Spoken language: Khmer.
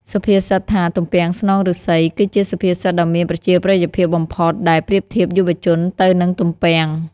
សុភាសិតថា «ទំពាំងស្នងឫស្សី» គឺជាសុភាសិតដ៏មានប្រជាប្រិយភាពបំផុត ដែលប្រៀបធៀបយុវជនទៅនឹងទំពាំង។